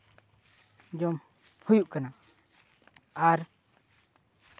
ᱡᱚᱢ ᱦᱩᱭᱩᱜ ᱠᱟᱱᱟ ᱟᱨ